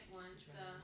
one